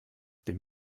dem